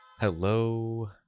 Hello